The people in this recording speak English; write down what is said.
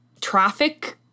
traffic